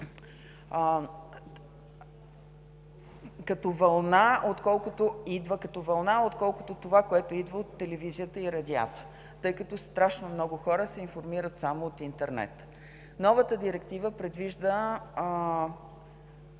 като вълна, отколкото тази, която идва от телевизията и радиата, тъй като страшно много хора се информират само от интернет. Новата Директива предвижда